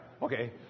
Okay